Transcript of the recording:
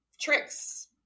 tricks